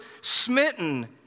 smitten